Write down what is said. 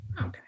Okay